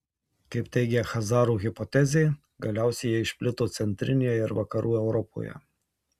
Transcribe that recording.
kaip teigia chazarų hipotezė galiausiai jie išplito centrinėje ir vakarų europoje